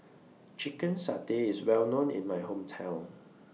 Chicken Satay IS Well known in My Hometown